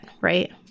right